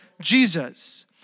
Jesus